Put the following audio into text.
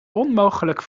onmogelijk